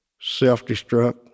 self-destruct